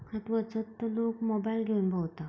आतां वचत थंय लोक मोबायल घेवन भोंवता